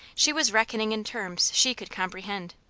she was reckoning in terms she could comprehend.